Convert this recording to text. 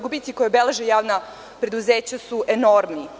Gubici koje beleže javna preduzeća su enormni.